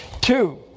Two